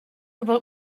about